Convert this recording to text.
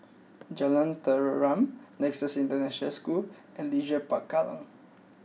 Jalan Tenteram Nexus International School and Leisure Park Kallang